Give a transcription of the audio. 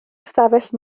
ystafell